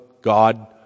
God